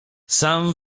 sam